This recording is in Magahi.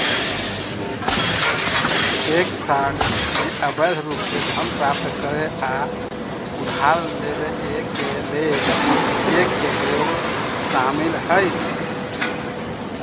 चेक फ्रॉड में अवैध रूप से धन प्राप्त करे आऽ उधार लेबऐ के लेल चेक के प्रयोग शामिल हइ